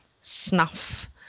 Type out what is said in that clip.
snuff